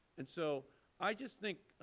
and so i just think,